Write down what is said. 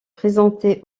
présenté